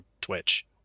Twitch